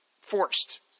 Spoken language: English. forced